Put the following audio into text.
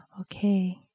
Okay